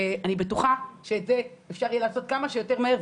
ואני בטוחה שאת זה אפשר יהיה לעשות כמה שיותר מהר,